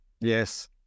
Yes